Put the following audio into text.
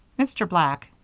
mr. black,